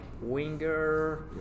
winger